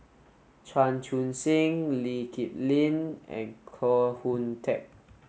Chan Chun Sing Lee Kip Lin and Koh Hoon Teck